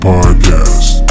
Podcast